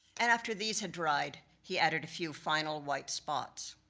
and after these had dried, he added a few final white spots.